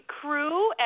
crew